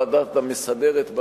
הוועדה המסדרת,